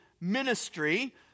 ministry